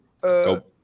go